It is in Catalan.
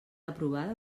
aprovada